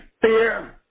fear